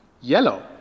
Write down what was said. Yellow